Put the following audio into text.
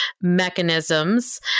mechanisms